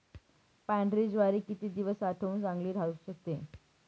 पांढरी ज्वारी किती दिवस साठवून चांगली राहू शकते?